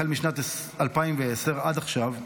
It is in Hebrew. החל משנת 2010 עד עכשיו,